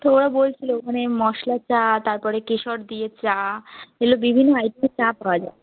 তো ওরা বলছিলো মানে মশলা চা তারপরে কেশর দিয়ে চা এগুলো বিভিন্ন আইটেমের চা পাওয়া যায়